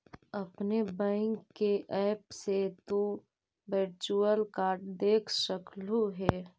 अपने बैंक के ऐप से तु वर्चुअल कार्ड देख सकलू हे